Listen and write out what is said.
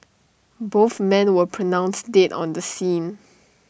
both men were pronounced dead on the scene